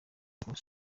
bwose